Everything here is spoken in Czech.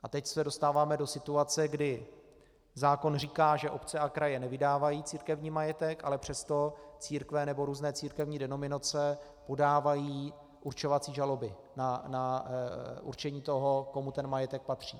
A teď se dostáváme do situace, kdy zákon říká, že obce a kraje nevydávají církevní majetek, ale přesto církve nebo různé církevní denominace podávají určovací žaloby na určení toho, komu majetek patří.